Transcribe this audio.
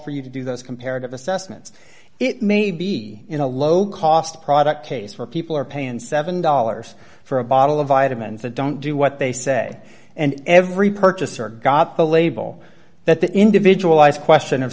for you to do those comparative assessments it may be in a low cost product case where people are paying seven dollars for a bottle of vitamins that don't do what they say and every purchaser got the label that the individual is question of